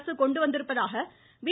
அரசு கொண்டு வந்திருப்பதாக பி